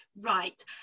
right